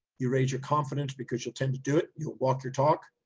you raise your confidence because you'll tend to do it. you'll walk your talk.